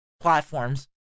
Platforms